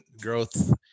growth